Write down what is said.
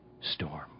storm